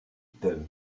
tel